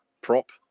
prop